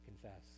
confess